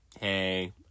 hey